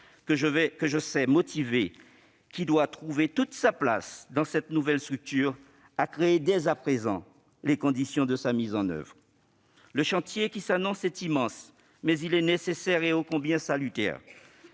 que je sais motivé et qui doit trouver toute sa place dans cette nouvelle structure, à créer dès à présent les conditions de sa mise en oeuvre. Le chantier qui s'annonce est immense, mais il est nécessaire et ô combien salutaire.